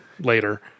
later